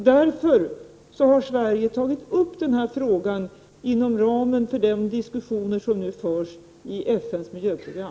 Därför har Sverige tagit upp den här frågan i de diskussioner som nu förs inom ramen för FN:s miljöprogram.